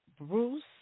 Bruce